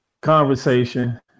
conversation